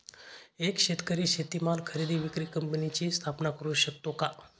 एक शेतकरी शेतीमाल खरेदी विक्री कंपनीची स्थापना करु शकतो का?